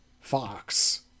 Fox